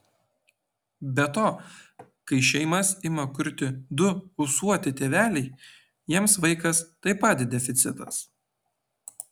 be to kai šeimas ima kurti du ūsuoti tėveliai jiems vaikas taip pat deficitas